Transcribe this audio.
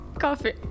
coffee